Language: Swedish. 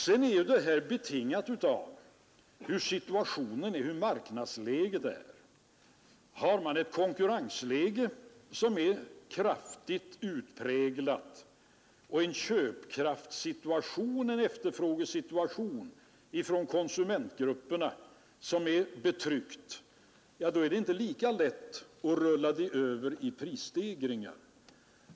Sedan är den här höjningen betingad av hur marknadsläget är. Har man ett konkurrensläge som är kraftigt utpräglat och en köpkraftssituation, en efterfrågan från konsumentgrupperna som är betryckt, då är det inte lika lätt att rulla den över i prisstegringar.